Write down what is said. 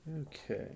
Okay